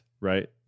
right